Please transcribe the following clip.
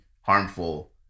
harmful